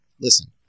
listen